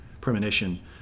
premonition